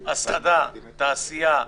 מלונאות, הסעדה, תעשייה,